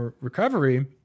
recovery